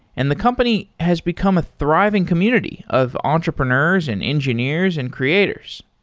and the company has become a thriving community of entrepreneurs, and engineers, and creators.